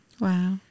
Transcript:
Wow